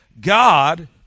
God